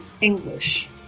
English